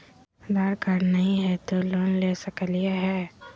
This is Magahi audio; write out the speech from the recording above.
आधार कार्ड नही हय, तो लोन ले सकलिये है?